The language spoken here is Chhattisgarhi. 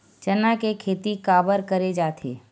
चना के खेती काबर करे जाथे?